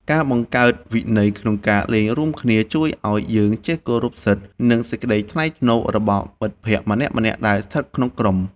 ការបង្កើតវិន័យក្នុងការលេងរួមគ្នាជួយឱ្យយើងចេះគោរពសិទ្ធិ និងសេចក្តីថ្លៃថ្នូររបស់មិត្តភក្តិម្នាក់ៗដែលស្ថិតក្នុងក្រុម។